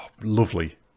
lovely